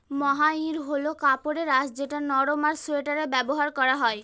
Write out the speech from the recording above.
মহাইর হল কাপড়ের আঁশ যেটা নরম আর সোয়াটারে ব্যবহার করা হয়